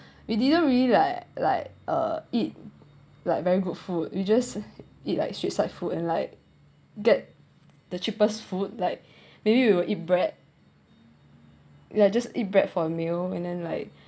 we didn't really like like uh eat like very good food we just eat like street side food and like get the cheapest food like maybe we were eat bread yeah just eat bread for a meal and then like